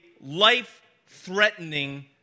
life-threatening